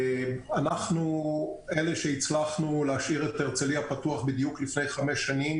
אנחנו אלה שהצלחנו להשאיר את הרצליה פתוח בדיוק לפני חמש שנים,